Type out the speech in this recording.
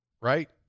Right